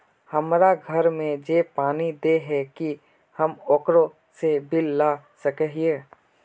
हमरा घर में जे पानी दे है की हम ओकरो से बिल ला सके हिये?